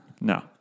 No